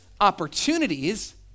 opportunities